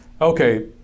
Okay